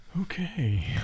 Okay